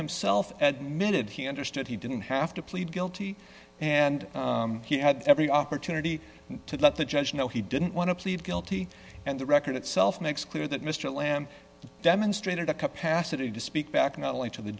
himself at the minute he understood he didn't have to plead guilty and he had every opportunity to let the judge know he didn't want to plead guilty and the record itself makes clear that mr lamb demonstrated a capacity to speak back not only to the